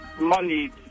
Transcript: money